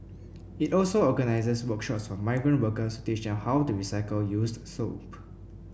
it also organises workshops for migrant workers to teach them how to recycle used soap